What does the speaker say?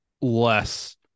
less